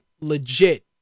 legit